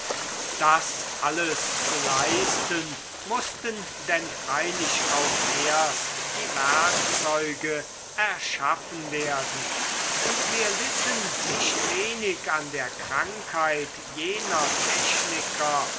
das alles zu leisten mußten denn freilich auch erst die werkzeuge erschaffen werden und wir litten nicht wenig an der krankheit jener techniker